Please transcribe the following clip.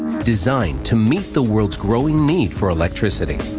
designed to meet the world's growing need for electricity.